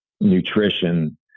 nutrition